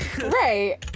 Right